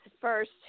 first